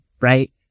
right